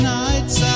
nights